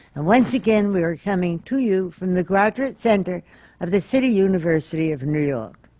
and once again, we are coming to you from the graduate center of the city university of new york.